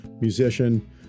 musician